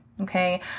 Okay